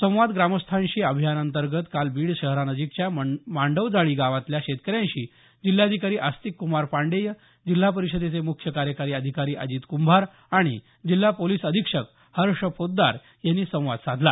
संवाद ग्रामस्थांशी अभियानांतर्गत काल बीड शहरानजिकच्या मांडवजाळी गावातल्या शेतकऱ्यांशी जिल्हाधिकारी आस्तिक कुमार पाण्डेय जिल्हा परिषदेचे मुख्य कार्यकारी अधिकारी अजित कुंभार आणि जिल्हा पोलीस अधिक्षक हर्ष पोद्दार यांनी संवाद साधला